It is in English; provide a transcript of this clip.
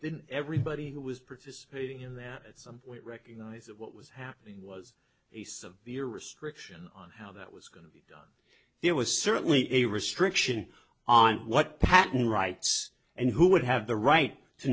then everybody who was participating in that at some point recognise that what was happening was a severe restriction on how that was going to there was certainly a restriction on what patent rights and who would have the right to